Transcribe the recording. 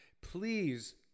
please